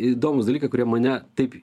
įdomūs dalykai kurie mane taip